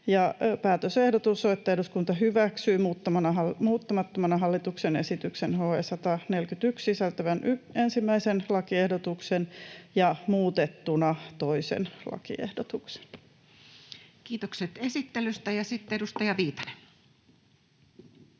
Päätösehdotus on, että eduskunta hyväksyy muuttamattomana hallituksena esitykseen HE 141 sisältyvän ensimmäisen lakiehdotuksen ja muutettuna toisen lakiehdotuksen. [Speech 99] Speaker: Toinen